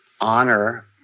honor